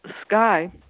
sky